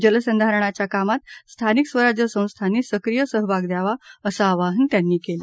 जलसंधारणाच्या कामात स्थानिक स्वराज्य संस्थांनी सक्रीय सहभाग द्यावा असं आवाहन त्यांनी केलं